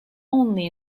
only